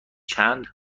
چند